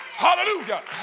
Hallelujah